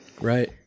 Right